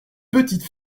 petite